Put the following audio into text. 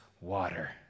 water